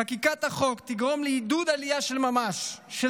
חקיקת החוק תגרום לעידוד עלייה של ממש של